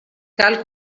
cal